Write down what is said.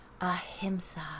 Ahimsa